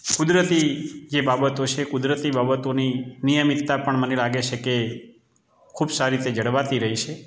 કુદરતી જે બાબતો છે કુદરતી બાબતોની નિયમિતતા પણ મને લાગે છે કે ખૂબ સારી રીતે જળવાતી રહી છે